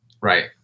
Right